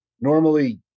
normally